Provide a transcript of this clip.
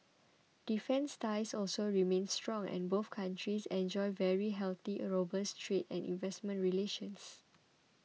defence ties also remain strong and both countries enjoy very healthy and robust trade and investment relations